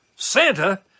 Santa